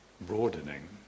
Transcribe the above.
broadening